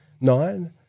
Nine